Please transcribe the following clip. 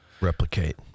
Replicate